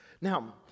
Now